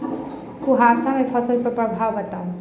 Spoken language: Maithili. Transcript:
कुहासा केँ फसल पर प्रभाव बताउ?